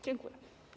Dziękuję.